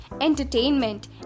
entertainment